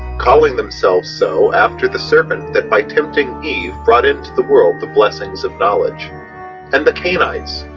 calling themselves so after the serpent that by tempting eve brought into the world the blessings of knowledge and the cainites,